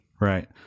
Right